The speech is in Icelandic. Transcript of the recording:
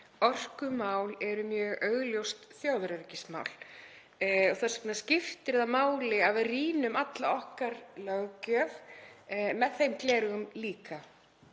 orkumál eru mjög augljóst þjóðaröryggismál. Þess vegna skiptir það máli að við rýnum alla okkar löggjöf með þeim gleraugum líka.